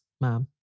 ma'am